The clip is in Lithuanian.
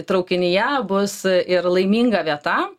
traukinyje bus ir laiminga vieta